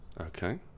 Okay